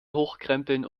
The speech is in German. hochkrempeln